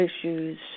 issues